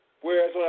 Whereas